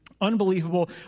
unbelievable